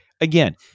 Again